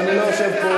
לא,